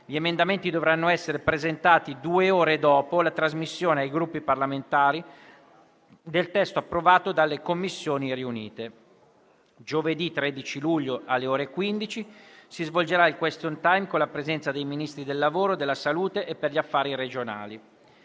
Gli emendamenti dovranno essere presentati due ore dopo la trasmissione ai Gruppi parlamentari del testo approvato dalle Commissioni riunite. Giovedì 13 luglio, alle ore 15, si svolgerà il *question time* con la presenza dei Ministri del lavoro, della salute e per gli affari regionali.